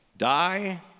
die